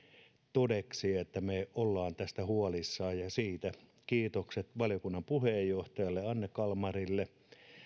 todeksi että me olemme tästä huolissamme ja siitä kiitokset valiokunnan puheenjohtajalle anne kalmarille